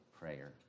prayer